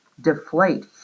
deflate